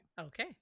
Okay